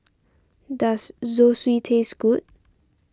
does Zosui taste good